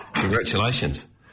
Congratulations